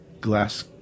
glass